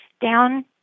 down